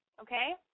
okay